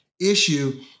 issue